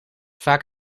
vaak